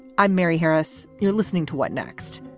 i'm mary harris. you're listening to what next.